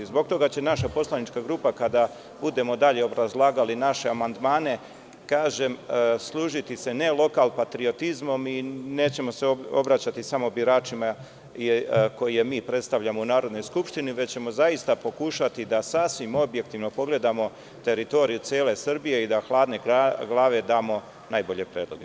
Zbog toga će naša poslanička grupa, kada budemo dalje obrazlagali naše amandmane, služiti se ne lokal patriotizmom i nećemo se obraćati samo biračima koje mi predstavljamo u Narodnoj skupštini, već ćemo zaista pokušati da sasvim objektivno pogledamo teritoriju cele Srbije i da hladne glave damo najbolje predloge.